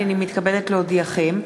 הנני מתכבדת להודיעכם,